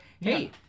hey